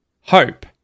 Hope